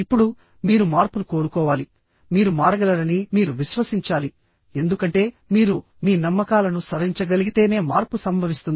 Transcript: ఇప్పుడు మీరు మార్పును కోరుకోవాలి మీరు మారగలరని మీరు విశ్వసించాలి ఎందుకంటే మీరు మీ నమ్మకాలను సవరించగలిగితేనే మార్పు సంభవిస్తుంది